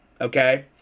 okay